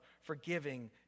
forgiving